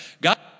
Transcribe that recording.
God